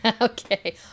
Okay